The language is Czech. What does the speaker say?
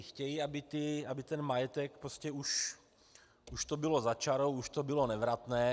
Chtějí, aby ten majetek, prostě už to bylo za čarou, už to bylo nevratné.